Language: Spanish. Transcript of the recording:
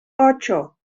ocho